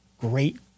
great